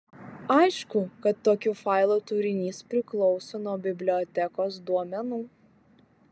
aišku kad tokių failų turinys priklauso nuo bibliotekos duomenų